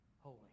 holy